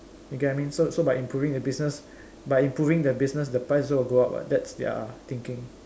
you get what I mean so so by improving the business by improving the business the price also will go up [what] that's their thinking